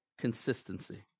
consistency